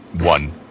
One